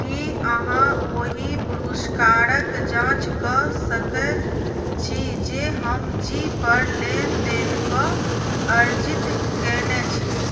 की अहाँ ओहि पुरस्कारक जाँच कऽ सकैत छी जे हम जी पर लेनदेन कऽ अर्जित कयने छी